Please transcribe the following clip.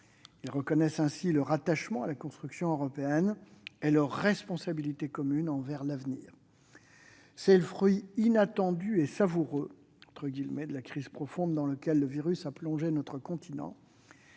Ils reconnaissent ainsi leur attachement à la construction européenne et leur responsabilité commune envers l'avenir. C'est le fruit inattendu et « savoureux » de la crise profonde dans laquelle le virus a plongé notre continent.